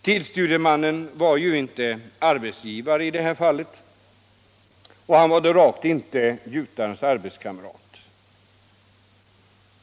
Tidsstudiemannen var ju inte arbetsgivare i det här fallet — och han var då rakt inte gjutarens arbetskamrat.